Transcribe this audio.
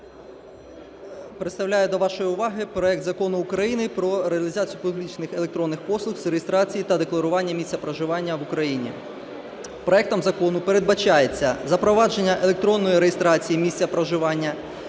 Представляю до вашої уваги проект Закону України про реалізацію публічних електронних послуг з реєстрації та декларування місця проживання в Україні. Проектом закону передбачається запровадження електронної реєстрації місця проживання,